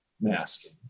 masking